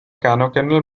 canonical